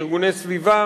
מארגוני סביבה,